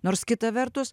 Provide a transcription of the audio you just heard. nors kita vertus